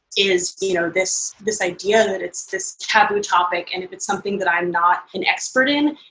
is you know this this idea that it's this taboo topic and if it's something that i'm not an expert in,